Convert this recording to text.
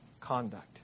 conduct